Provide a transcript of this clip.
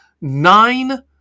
nine